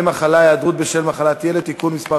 הצעת חוק דמי מחלה (היעדרות בשל מחלת ילד) (תיקון מס'